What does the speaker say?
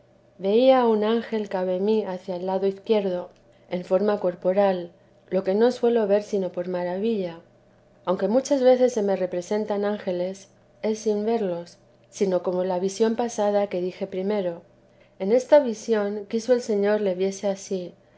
veía un ángel cabe mí hacia el lado izquierdo en forma corporal lo que no suelo ver sino por maravilla aunque muchas veces se me representan ángeles es sin verlos sino como la visión pasada qué dije primero en esta visión quiso el señor le viese ansí